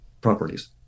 properties